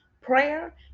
Prayer